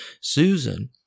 Susan